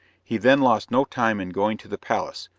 he then lost no time in going to the palace,